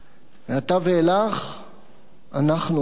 מעתה ואילך אנחנו אחראים,